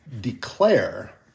declare